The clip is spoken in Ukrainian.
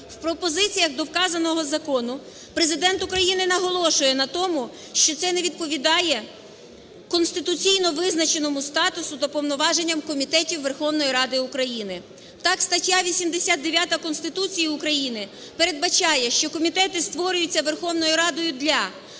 В пропозиціях до вказаного закону Президент України наголошує на тому, що це не відповідає конституційно визначеному статусу та повноваженням комітетів Верховної Ради України. Так стаття 89 Конституції України передбачає, що комітети створюються Верховною Радою для